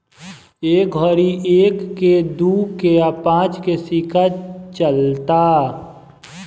ए घड़ी एक के, दू के आ पांच के सिक्का चलता